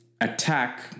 attack